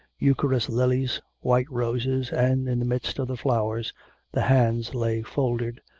eucharis lilies, white roses, and in the midst of the flowers the hands lay folded,